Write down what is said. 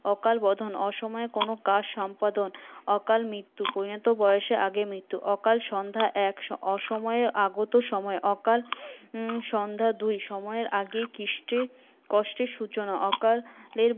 অকাল বোধন অসয়ে কোন কাজ সম্পাদন অকাল মৃত্যু পরিণত বয়সের আগে মৃত্য অকাল সন্ধ্যা এক অসময়ের আগত সময় অকাল সন্ধ্যা দুই সময়ের আগেই কষ্টের সূচনা অকালের